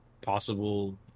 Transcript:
possible